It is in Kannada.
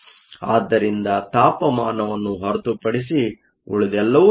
ಆದ್ದರಿಂದ ತಾಪಮಾನವನ್ನು ಹೊರತುಪಡಿಸಿ ಉಳಿದೆಲ್ಲವೂ ತಿಳಿದಿದೆ